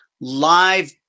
live